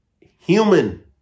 human